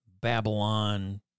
Babylon